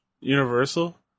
Universal